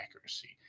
accuracy